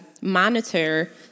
monitor